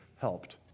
helped